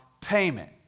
payment